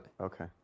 Okay